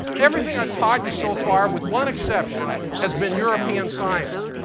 everything i've taught you so far, with one exception, has been european science.